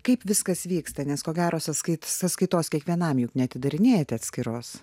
kaip viskas vyksta nes ko gero sąskait sąskaitos kiekvienam juk neatidarinėjat atskiros